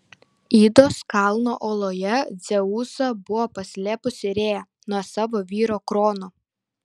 idos kalno oloje dzeusą buvo paslėpusi rėja nuo savo vyro krono